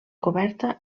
coberta